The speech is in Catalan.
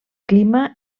clima